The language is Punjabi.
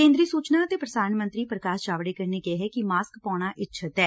ਕੇਂਦਰੀ ਸੁਚਨਾ ਅਤੇ ਪ੍ਸਾਰਣ ਮੰਤਰੀ ਪ੍ਕਾਸ਼ ਜਾਵਤੇਕਰ ਨੇ ਕਿਹੈ ਕਿ ਮਾਸਕ ਪਾਉਣਾ ਇੱਛਤ ਐ